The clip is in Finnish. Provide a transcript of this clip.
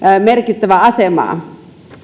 merkittävää asemaa